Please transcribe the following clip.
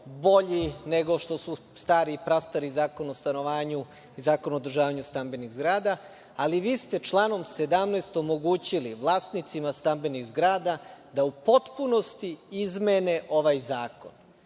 bolji nego što su stari, prastari Zakon o stanovanju i Zakon o održavanju stambenih zgrada, ali vi ste članom 17. omogućili vlasnicima stambenih zgrada da u potpunosti izmene ovaj zakon. Vi